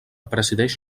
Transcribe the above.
presideix